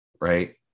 Right